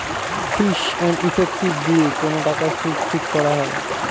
fees and effective দিয়ে কোন টাকার সুদ ঠিক করা হয়